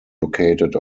located